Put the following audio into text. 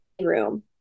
room